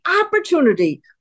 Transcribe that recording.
opportunity